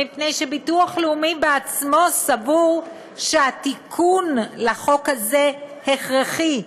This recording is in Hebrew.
מפני שביטוח לאומי בעצמו סבור שהתיקון לחוק הזה הכרחי.